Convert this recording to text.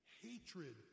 hatred